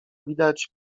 widać